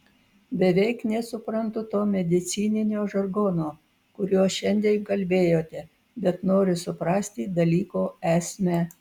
beveik nesuprantu to medicininio žargono kuriuo šiandien kalbėjote bet noriu suprasti dalyko esmę